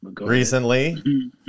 Recently